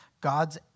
God's